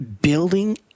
building